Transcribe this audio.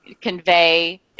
convey